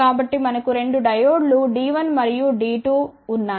కాబట్టి మనకు 2 డయోడ్ లు D1 మరియు D2ఉన్నాయి